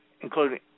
including